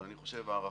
אבל אני חושב הערכה